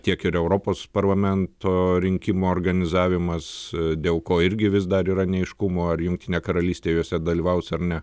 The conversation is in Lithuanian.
tiek ir europos parlamento rinkimų organizavimas dėl ko irgi vis dar yra neaiškumo ar jungtinė karalystė juose dalyvaus ar ne